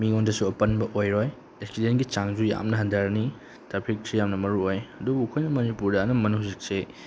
ꯃꯤꯉꯣꯟꯗꯁꯨ ꯑꯄꯟꯕ ꯑꯣꯏꯔꯣꯏ ꯑꯦꯛꯁꯤꯗꯦꯟꯒꯤ ꯆꯥꯡꯁꯨ ꯌꯥꯝꯅ ꯍꯟꯊꯔꯅꯤ ꯇ꯭ꯔꯥꯐꯤꯛꯁꯤ ꯌꯥꯝꯅ ꯃꯔꯨ ꯑꯣꯏ ꯑꯗꯨꯕꯨ ꯑꯩꯈꯣꯏꯅ ꯃꯅꯤꯄꯨꯔꯗ ꯑꯅꯝꯕꯅ ꯍꯧꯖꯤꯛꯁꯦ